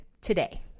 today